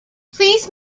please